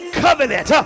covenant